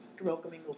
welcoming